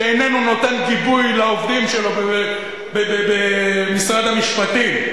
שאיננו נותן גיבוי לעובדים שלו במשרד המשפטים,